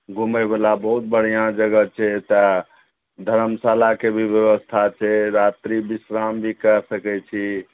घुमय बला बहुत बढ़िआँ जगह छै तऽ धर्मशालाके भी व्यवस्था छै रात्रि विश्राम भी कए सकै छी